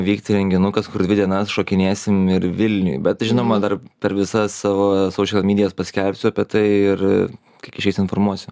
vykti renginukas kur dvi dienas šokinėsim ir vilniuj bet tai žinoma dar per visas savo saušil mydijas paskelbsiu apie tai ir kaip išeis informuosiu